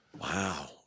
Wow